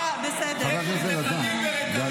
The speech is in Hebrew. תקשיב לי רגע, יש לי נכדים ברתמים.